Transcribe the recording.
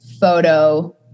photo